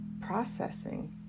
processing